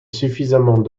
suffisamment